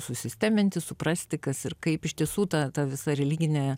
susisteminti suprasti kas ir kaip iš tiesų ta ta visa religinė